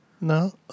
No